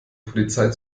polizei